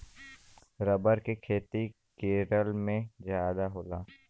rubber के खेती केरल में जादा होला